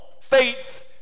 faith